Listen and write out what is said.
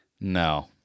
No